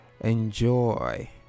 enjoy